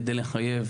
כדי לחייב